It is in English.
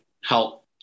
help